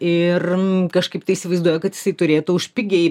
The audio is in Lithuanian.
ir kažkaip tai įsivaizduoja kad jisai turėtų už pigiai